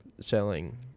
selling